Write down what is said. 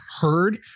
heard